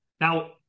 now